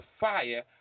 fire